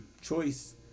choice